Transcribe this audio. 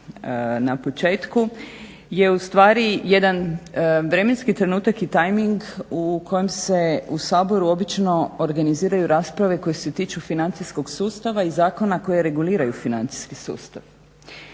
na početku je ustvari jedan vremenski trenutak i timeing u kojem se u kojem se u Saboru obično organiziraju rasprave koje se tiču financijskog sustava i zakona koje reguliraju financijski sustav.